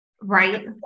Right